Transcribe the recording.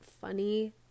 funny